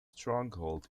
stronghold